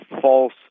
false